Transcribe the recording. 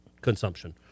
consumption